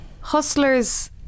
Hustlers